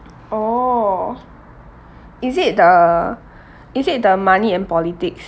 oh is it the is it the money and politics